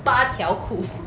八条裤